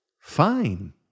fine